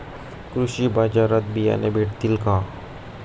कृषी बाजारात बियाणे भेटतील का?